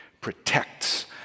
protects